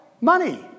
money